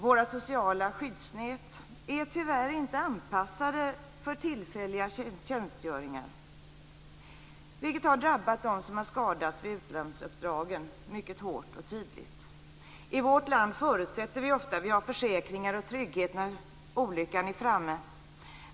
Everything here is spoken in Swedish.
Våra sociala skyddsnät är tyvärr inte anpassade för tillfälliga tjänstgöringar, vilket har drabbat dem som har skadats vid utlandsuppdragen mycket hårt och tydligt. I vårt land förutsätter vi ofta försäkringar och trygghet när olyckan är framme.